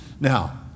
Now